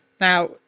Now